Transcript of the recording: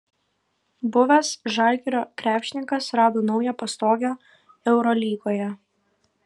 buvęs žalgirio krepšininkas rado naują pastogę eurolygoje